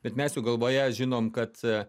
bet mes juk galvoje žinom kad